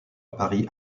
paris